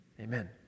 Amen